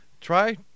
Try